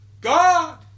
God